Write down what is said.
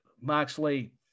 Moxley